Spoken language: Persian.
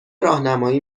راهنمایی